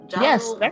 yes